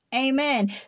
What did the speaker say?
Amen